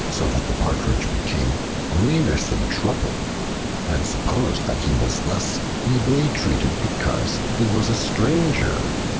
so that the partridge became grievously troubled and supposed that he was thus evilly treated because he was a stranger.